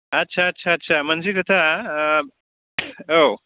आच्चा आच्चा आच्चा मोनसे खोथा औ